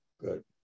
Good